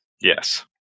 Yes